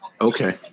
okay